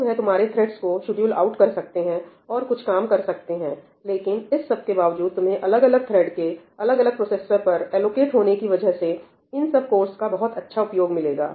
तो वह तुम्हारे थ्रेड्स को शेड्यूल आउट कर सकते हैं और कुछ काम कर सकते हैं लेकिन इस सब के बावजूद तुम्हें अलग अलग थ्रेड् के अलग अलग प्रोसेसर पर एलोकेट होने की वजह से इन सब कोरस का बहुत अच्छा उपयोग मिलेगा